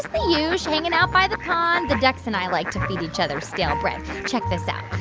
the yeah ush. hanging out by the pond the ducks and i like to feed each other stale bread. check this out.